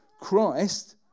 Christ